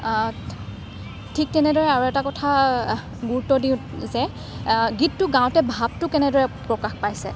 ঠিক তেনেদৰে আৰু এটা কথা গুৰুত্ব দিওঁ যে গীতটো গাঁওতে ভাৱটো কেনেদৰে প্ৰকাশ পাইছে